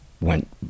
went